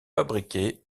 fabriquées